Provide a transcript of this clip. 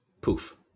poof